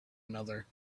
another